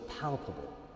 palpable